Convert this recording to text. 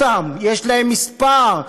יש להם מספר,